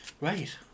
Right